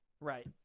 Right